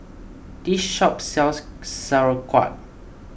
this shop sells Sauerkraut